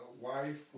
wife